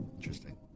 Interesting